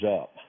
up